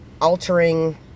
altering